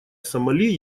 сомали